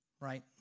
Right